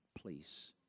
please